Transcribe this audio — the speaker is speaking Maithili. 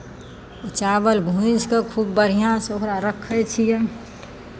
चावल भूजि कऽ खूब बढ़िआँसँ ओकरा रखै छियै